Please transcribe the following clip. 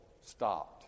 stopped